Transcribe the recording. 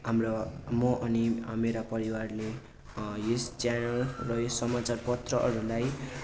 हाम्रो म अनि मेरा परिवारले यस च्यानल र यस समाचार पत्रहरूलाई